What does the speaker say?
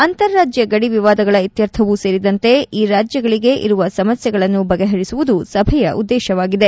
ಅಂತಾರಾಜ್ ಗಡಿ ವಿವಾದಗಳ ಇತ್ಯರ್ಥವೂ ಸೇರಿದಂತೆ ಈ ರಾಜ್ಯಗಳಿಗೆ ಇರುವ ಸಮಸ್ಲೆಗಳನ್ನು ಬಗೆಹರಿಸುವುದು ಸಭೆಯ ಉದ್ದೇಶವಾಗಿದೆ